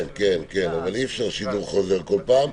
כן, אבל אי-אפשר שידור חוזר כל פעם.